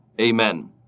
Amen